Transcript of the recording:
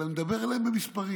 אלא אני מדבר אליהם במספרים: